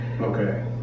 okay